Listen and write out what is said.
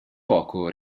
poco